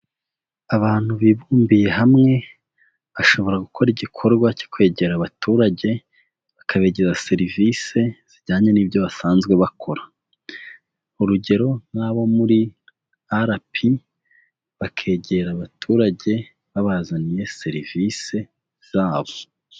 Abantu bibumbiye hamwe, bashobora gukora igikorwa cyo kwegera abaturage, bakabegeza serivisi zijyanye n'ibyo basanzwe bakora, urugero nk'abo muri RP bakegera abaturage babazaniye serivisi zabo.